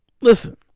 Listen